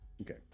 Okay